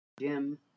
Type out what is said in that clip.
Jim